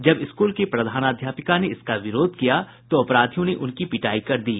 जब स्कूल की प्रधानाध्यापिका ने इसका विरोध किया तो अपराधियों ने उनकी पिटायी कर दी